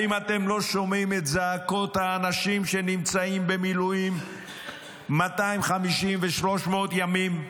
האם אתם לא שומעים את זעקות האנשים שנמצאים במילואים 250 ו-300 ימים?